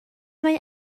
mae